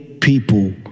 people